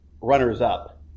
runners-up